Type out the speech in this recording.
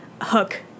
Hook